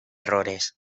errores